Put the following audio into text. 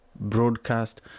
broadcast